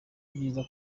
byiza